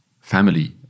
family